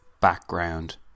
Background